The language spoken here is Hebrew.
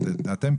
אתם,